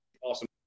awesome